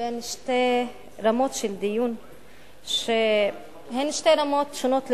בין שתי רמות של דיון שהן שתי רמות שונות לגמרי: